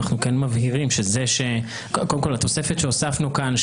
אנחנו כן מבהירים שהתוספת שהוספנו כאן,